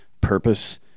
purpose